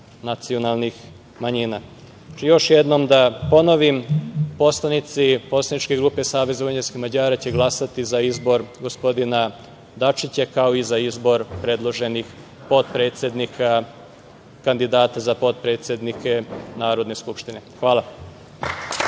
nacionalnih manjina. Znači, još jednom da ponovim, poslanici Poslaničke grupe SVM će glasati za izbor gospodina Dačića, kao i za izbor predloženih potpredsednika kandidata za potpredsednike Narodne skupštine. Hvala.